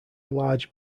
large